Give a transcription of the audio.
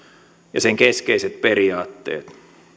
ja sen keskeiset periaatteet